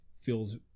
feels